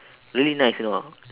really nice you know